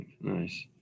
Nice